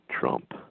Trump